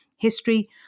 History